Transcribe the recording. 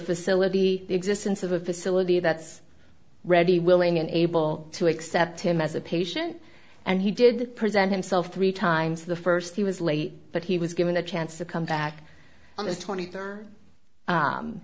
facility the existence of a facility that's ready willing and able to accept him as a patient and he did present himself three times the first he was late but he was given a chance to come back on the twenty third